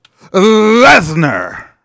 Lesnar